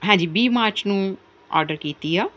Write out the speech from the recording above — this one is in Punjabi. ਹਾਂਜੀ ਵੀਹ ਮਾਰਚ ਨੂੰ ਆਰਡਰ ਕੀਤੀ ਆ